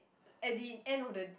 at the end of the